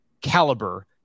caliber